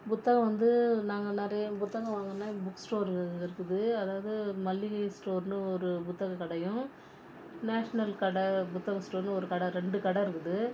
புத்தகம் வந்து நாங்கள் நிறைய புத்தகம் வாங்கணுன்னா புக் ஸ்டோர் இருக்குது அதாவது மல்லிகை ஸ்டோர்னு ஒரு புத்தகக்கடையும் நேஷ்னல் கடை புத்தக ஸ்டோர்னு ஒரு கடை ரெண்டு கடை இருக்குது